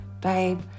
babe